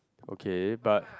okay but